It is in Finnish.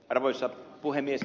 arvoisa puhemies